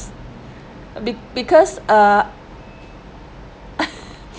be~ because err